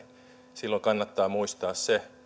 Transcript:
silloin kannattaa muistaa se